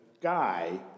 guy